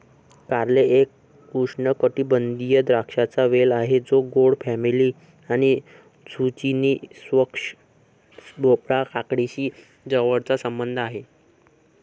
कारले एक उष्णकटिबंधीय द्राक्षांचा वेल आहे जो गोड फॅमिली आणि झुचिनी, स्क्वॅश, भोपळा, काकडीशी जवळचा संबंध आहे